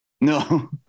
No